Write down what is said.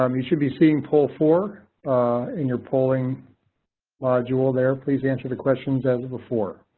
um you should be seeing poll four in your polling module there. please answer the questions as before